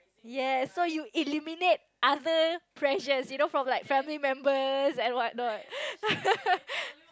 yes so you eliminate other pressures you know from like family members and what not